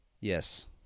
Yes